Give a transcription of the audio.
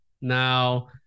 now